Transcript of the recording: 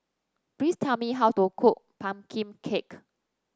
please tell me how to cook pumpkin cake